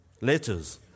letters